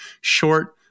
short